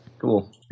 Cool